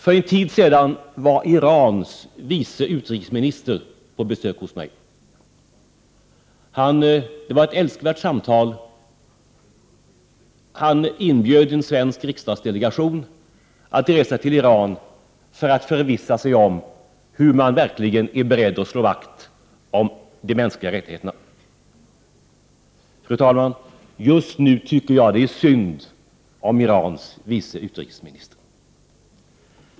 För en tid sedan var Irans vice utrikesminister på besök hos mig. Det var ett älskvärt samtal. Han inbjöd en svensk riksdagsdelegation att resa till Iran för att förvissa sig om hur man där verkligen är beredd att slå vakt om de mänskliga rättigheterna. Fru talman! Just nu tycker jag att det är synd om Irans vice utrikesminister.